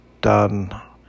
done